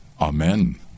amen